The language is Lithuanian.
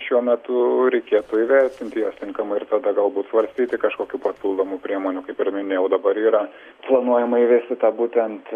šiuo metu reikėtų įvertinti juos tinkamai ir tada galbūt svarstyti kažkokių papildomų priemonių kaip ir minėjau dabar yra planuojama įvesti tą būtent